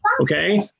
Okay